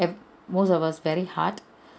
ev~ most of us very hard